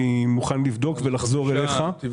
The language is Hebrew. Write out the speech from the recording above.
אני מוכן לבדוק ולחזור אליך.